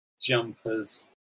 jumpers